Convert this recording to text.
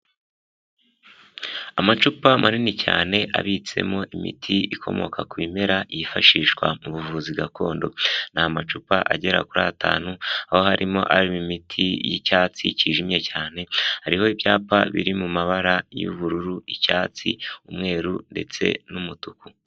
Amacupa manini cyane abitsemo imiti ikomoka ku bimera yifashishwa mu buvuzi gakondo, n'amacupa agera kuri atanu aho harimo arimo imiti y'icyatsi cyijimye cyane hariho ibyapa biri mu mabara y'ubururu, icyatsi, umweru ndetse n'umutuku.